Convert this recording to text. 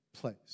place